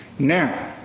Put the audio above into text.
now,